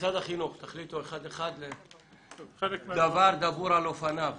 משרד החינוך, דבר דבור על אופניו.